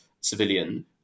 civilian